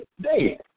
day